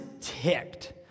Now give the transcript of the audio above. ticked